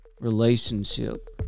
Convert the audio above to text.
relationship